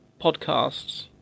podcasts